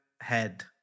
head